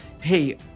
hey